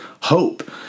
hope